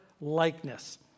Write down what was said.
likeness